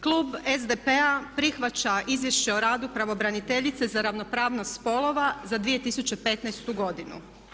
Klub SDP-a prihvaća izvješće o radu pravobraniteljice za ravnopravnost spolova za 2015. godinu.